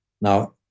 Now